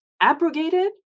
abrogated